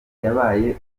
yabaye